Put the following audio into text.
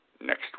next